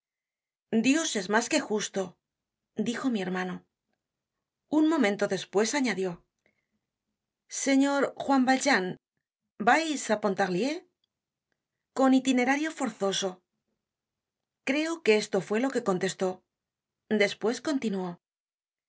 dios es mas que justo dijo mi hermano un momento despues añadió content from google book search generated at señor juan valjean vaisá pontarlier con itinerario forzoso creo que esto fue lo que contestó despues continuó es